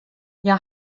hja